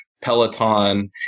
Peloton